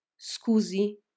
Scusi